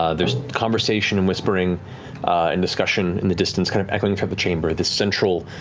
ah there's conversation and whispering and discussion in the distance, kind of echoing throughout the chamber, this central,